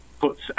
puts